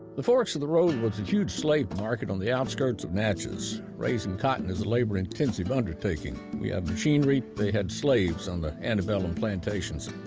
the forks of the road was a huge slave market on the outskirts of natchez. raising cotton is a labor-intensive undertaking. we have machinery. they had slaves on the antebellum plantations.